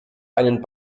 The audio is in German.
einen